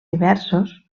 diversos